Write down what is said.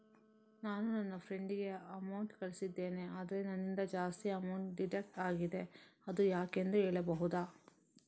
ನಾನು ನನ್ನ ಫ್ರೆಂಡ್ ಗೆ ಅಮೌಂಟ್ ಕಳ್ಸಿದ್ದೇನೆ ಆದ್ರೆ ನನ್ನಿಂದ ಜಾಸ್ತಿ ಅಮೌಂಟ್ ಡಿಡಕ್ಟ್ ಆಗಿದೆ ಅದು ಯಾಕೆಂದು ಹೇಳ್ಬಹುದಾ?